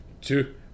two